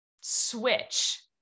switch